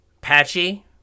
Patchy